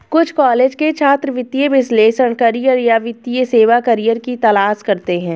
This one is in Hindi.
कुछ कॉलेज के छात्र वित्तीय विश्लेषक करियर या वित्तीय सेवा करियर की तलाश करते है